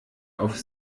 auf